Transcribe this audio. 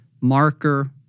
marker